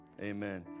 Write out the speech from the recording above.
Amen